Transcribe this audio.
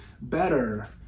better